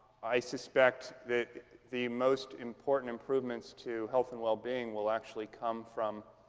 i suspect that the most important improvements to health and well-being will actually come from